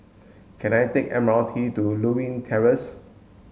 can I take a M R T to Lewin Terrace